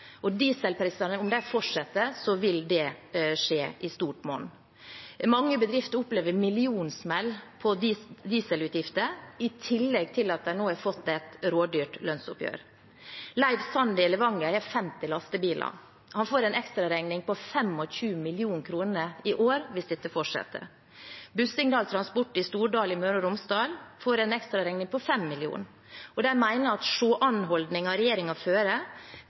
om dieselprisene fortsetter, vil det skje i stort monn. Mange bedrifter opplever millionsmell på dieselutgifter i tillegg til at de nå har fått et rådyrt lønnsoppgjør. Leif Sande i Levanger har 50 lastebiler. Han får en ekstraregning på 25 mill. kr i år hvis dette fortsetter. Busengdal transport i Stordal i Møre og Romsdal får en ekstraregning på 5 mill. kr. De mener at